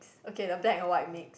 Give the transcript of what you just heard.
okay the black and white mix